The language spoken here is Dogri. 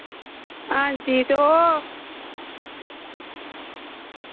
हां जी ते ओह्